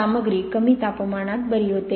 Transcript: सामग्री कमी तापमानात बरे होते